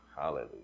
Hallelujah